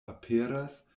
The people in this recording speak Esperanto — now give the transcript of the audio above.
aperas